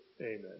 Amen